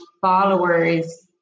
followers